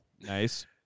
nice